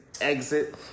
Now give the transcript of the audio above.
exit